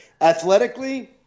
Athletically